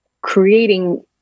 creating